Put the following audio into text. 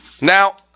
Now